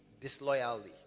disloyalty